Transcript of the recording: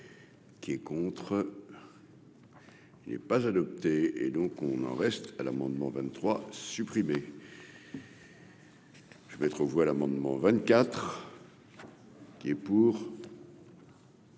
qui est contre. Il n'est pas adopté et donc on en reste à l'amendement 23 supprimer. Je vais mettre aux voix l'amendement 24. Qui est pour.